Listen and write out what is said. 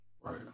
Right